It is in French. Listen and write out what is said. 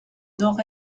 nord